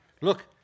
Look